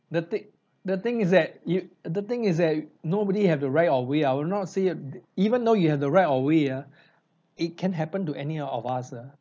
the thing the thing is that you the thing is that nobody have the right of way I will not say even though you have the right of way ah it can happen to any of us ah